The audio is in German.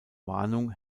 warnung